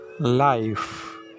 Life